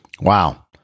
wow